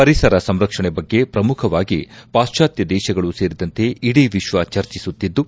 ಪರಿಸರ ಸಂರಕ್ಷಣೆ ಬಗ್ಗೆ ಪ್ರಮುಖವಾಗಿ ಪಾಶ್ವಾತ್ಯ ದೇಶಗಳು ಸೇರಿದಂತೆ ಇಡೀ ವಿಶ್ವ ಚರ್ಚಿಸುತ್ತಿದ್ದು